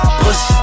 push